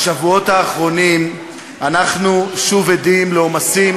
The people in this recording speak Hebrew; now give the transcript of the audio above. בשבועות האחרונים אנחנו שוב עדים לעומסים